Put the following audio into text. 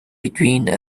between